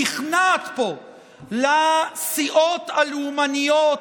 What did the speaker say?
נכנעת פה לסיעות הלאומניות,